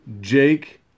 Jake